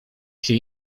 się